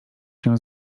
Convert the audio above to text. się